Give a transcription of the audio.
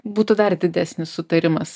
būtų dar didesnis sutarimas